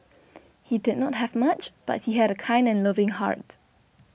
he did not have much but he had a kind and loving heart